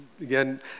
again